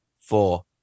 four